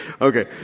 okay